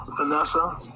Vanessa